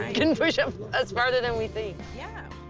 can push um us farther than we think. yeah.